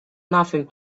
nothing